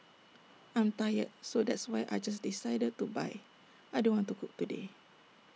I'm tired so that's why I just decided to buy I don't want to cook today